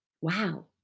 wow